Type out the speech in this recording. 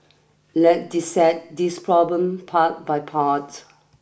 let dissect this problem part by part